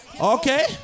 okay